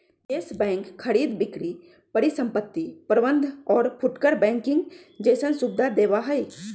निवेश बैंक खरीद बिक्री परिसंपत्ति प्रबंध और फुटकर बैंकिंग जैसन सुविधा देवा हई